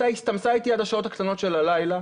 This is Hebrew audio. הסתמסה איתי עד השעות הקטנות של הלילה,